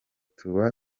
tuba